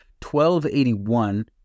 1281